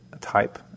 type